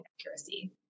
accuracy